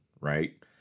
right